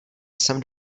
jsem